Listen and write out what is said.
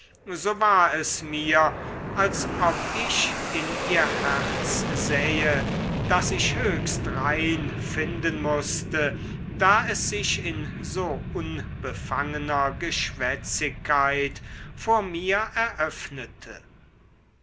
so war es mir als ob ich in ihr herz sähe das ich höchst rein finden mußte da es sich in so unbefangener geschwätzigkeit vor mir eröffnete